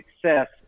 success